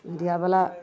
मीडिआवला